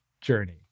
journey